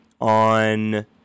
on